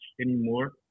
anymore